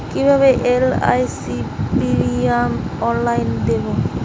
কিভাবে LIC premium অনলাইনে দেবো?